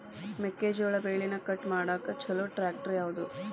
ಮೆಕ್ಕೆ ಜೋಳ ಬೆಳಿನ ಕಟ್ ಮಾಡಾಕ್ ಛಲೋ ಟ್ರ್ಯಾಕ್ಟರ್ ಯಾವ್ದು?